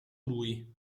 lui